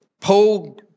Paul